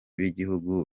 b’igihugu